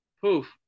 Poof